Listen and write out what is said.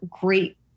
great